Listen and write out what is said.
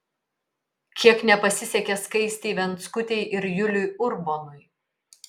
kiek nepasisekė skaistei venckutei ir juliui urbonui